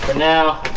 now